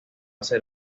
ser